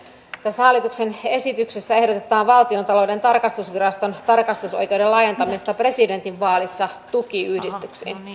tässä hallituksen esityksessä ehdotetaan valtiontalouden tarkastusviraston tarkastusoikeuden laajentamista presidentinvaalissa tukiyhdistyksiin